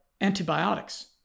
antibiotics